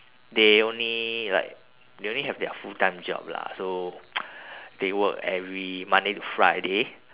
they only like they only have their full time job lah so they work every monday to friday